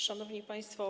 Szanowni Państwo!